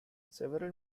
several